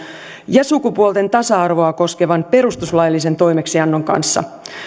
ja sukupuolten tasa arvoa koskevan perustuslaillisen toimeksiannon kanssa